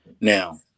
Now